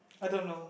I don't know